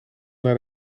naar